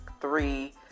three